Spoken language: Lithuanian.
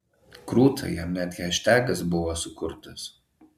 krūta jam net haštagas buvo sukurtas